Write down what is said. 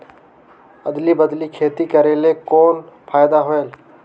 अदली बदली खेती करेले कौन फायदा होयल?